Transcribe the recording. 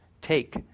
take